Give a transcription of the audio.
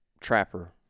trapper